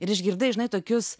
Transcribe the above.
ir išgirdai žinai tokius